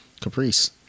Caprice